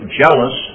jealous